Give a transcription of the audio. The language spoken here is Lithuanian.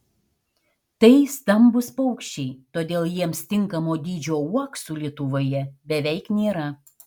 tai stambūs paukščiai todėl jiems tinkamo dydžio uoksų lietuvoje beveik nėra